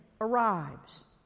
arrives